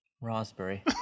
Raspberry